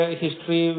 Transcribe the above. history